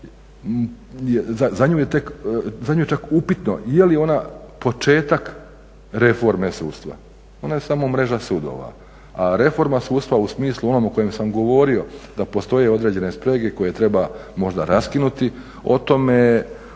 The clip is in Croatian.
za nju je čak upitno je li ona početak reforme sudstva, ona je samo mreža sudova. A reforma sudstva u smislu onome o kojem sam govorio, da postoje određene sprege koje treba možda raskinuti, tu